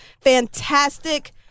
fantastic